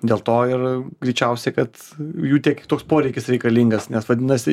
dėl to ir greičiausiai kad jų tiek toks poreikis reikalingas nes vadinasi